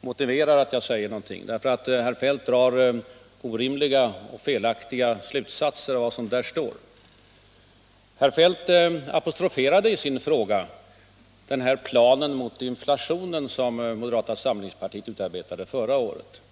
motiverar att jag säger någonting. Herr Feldt drar nämligen orimliga och felaktiga slutsatser av vad som är skrivet. Herr Feldt apostroferade i sin fråga den plan mot inflation som moderata samlingspartiet utarbetade förra året.